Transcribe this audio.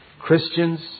Christians